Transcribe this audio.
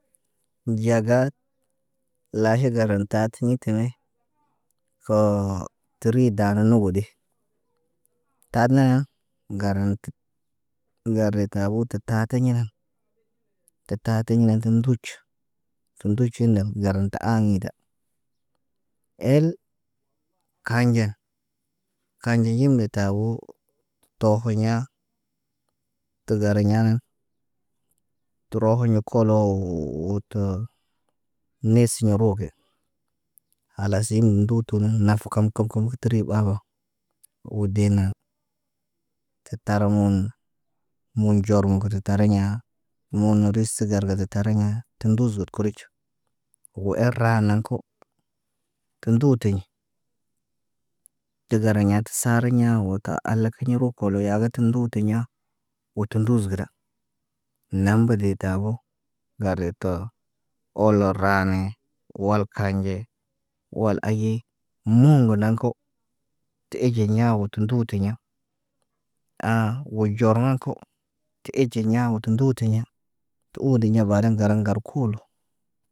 Ndiyaga, laahi garan taati yitine. Koo ti ri dan na nobodi. Taaɗ naa, garanti ŋgar de tabo tə taati ɲenan. Tə taa tiɲendə nduc. Tə nducin nen garan ti aŋida. Eel kanɟen kanɟe yimle taabuu. Tohi ɲaa tə gariɲa tərohuɲo kolo woo wutu. Nes ɲoro ge khalas yi ni nduutu naf kam kab kab kə təri ɓaaɓa. Woo dena, kə tara woŋg. Woŋg ɟooruŋg kə tə tariɲaa. Woŋg ris garga se tariɲa, tə mbuzu got kuric. Wo er raanaŋg kow, tə nduutiɲ tə gariɲa, tə saariɲa woo tə al lakiɲ. Kiɲ rok kolo yaagətə nduutiɲa. Woo tu nduz gəda, naŋg be de taaboo. Lareto, oolo raane wal kanɟe, wal ayii nuu munan kow te eɟiɲaa wo tu nduutuɲa. Aa woo ɟorŋoŋg ko. Te eecin ɲa wo tu nduu ti ɲa. Tu uudiɲa bayden ŋgalaŋg ŋgal kuulu.